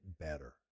better